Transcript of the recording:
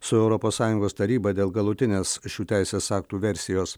su europos sąjungos taryba dėl galutinės šių teisės aktų versijos